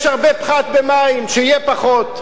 יש הרבה פחת במים, שיהיה פחות.